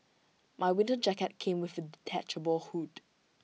my winter jacket came with A detachable hood